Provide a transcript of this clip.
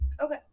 Okay